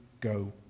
go